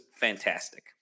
fantastic